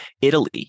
Italy